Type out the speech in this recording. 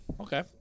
Okay